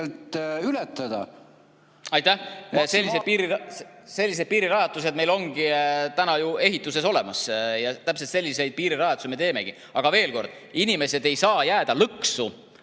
Aitäh! Sellised piirirajatised meil ongi täna ju ehitamisel, täpselt selliseid piirirajatisi me teemegi. Aga veel kord: inimene ei saa jääda lõksu